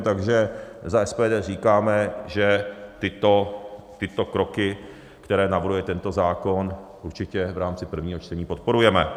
Takže za SPD říkáme, že tyto kroky, které navrhuje tento zákon, určitě v rámci prvního čtení podporujeme.